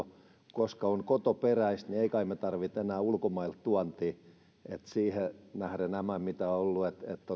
koska on kotoperäistä niin emme kai me tarvitse enää ulkomailta tuontia että siihen nähden näissä mitä on ollut